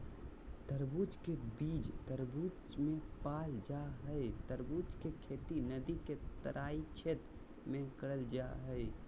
तरबूज के बीज तरबूज मे पाल जा हई तरबूज के खेती नदी के तराई क्षेत्र में करल जा हई